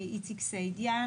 איציק סעידיאן,